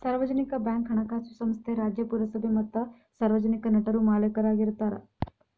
ಸಾರ್ವಜನಿಕ ಬ್ಯಾಂಕ್ ಹಣಕಾಸು ಸಂಸ್ಥೆ ರಾಜ್ಯ, ಪುರಸಭೆ ಮತ್ತ ಸಾರ್ವಜನಿಕ ನಟರು ಮಾಲೇಕರಾಗಿರ್ತಾರ